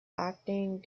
acting